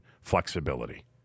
flexibility